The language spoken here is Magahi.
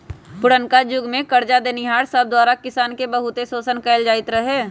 पुरनका जुग में करजा देनिहार सब द्वारा किसान के बहुते शोषण कएल जाइत रहै